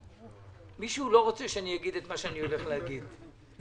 אם תוקם תוקם,